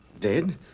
dead